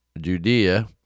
Judea